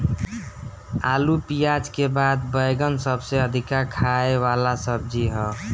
आलू पियाज के बाद बैगन सबसे अधिका खाए वाला सब्जी हअ